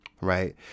right